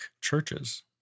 churches